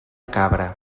cabra